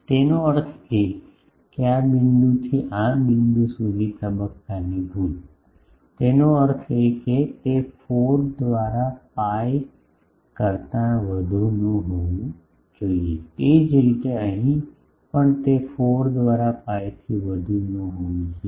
તેનો અર્થ એ કે આ બિંદુથી આ બિંદુ સુધી તબક્કાની ભૂલ તેનો અર્થ એ કે તે 4 દ્વારા pi કરતાં વધુ ન હોવું જોઈએ તે જ રીતે અહીં પણ તે 4 દ્વારા pi થી વધુ ન હોવું જોઈએ